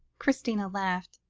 christina laughed.